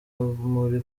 muri